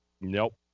Nope